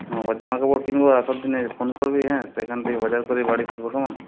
আবার জামাকাপড় কিনবো আসার দিনে ফোন করবি হ্যাঁ সেখান থেকেই বাজার করে বাড়ি ফিরব কেমন